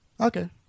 Okay